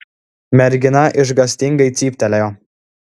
mergina išgąstingai cyptelėjo